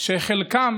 שחלקם